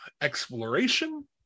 exploration